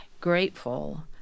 grateful